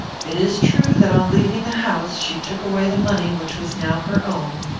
it is true that on leaving the house she took away the money which was now her own,